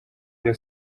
byo